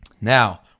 Now